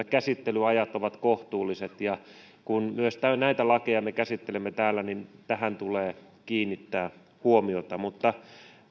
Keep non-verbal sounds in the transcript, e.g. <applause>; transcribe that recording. <unintelligible> käsittelyajat ovat kohtuulliset ja kun myös näitä lakeja me käsittelemme täällä niin tähän tulee kiinnittää huomiota mutta